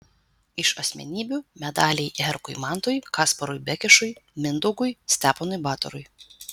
iš asmenybių medaliai herkui mantui kasparui bekešui mindaugui steponui batorui